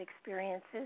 experiences